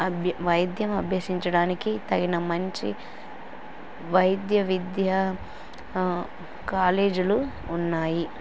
అభ్య వైద్యం అభ్యసించడానికి తగిన మంచి వైద్య విద్య కాలేజీలు ఉన్నాయి